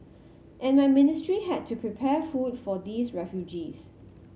and my ministry had to prepare food for these refugees